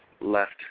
left